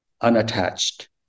unattached